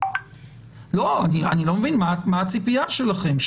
אני לא מבין מה הציפייה שלכם,